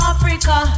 Africa